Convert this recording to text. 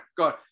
God